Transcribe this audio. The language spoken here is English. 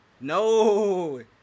No